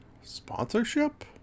sponsorship